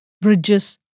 Bridges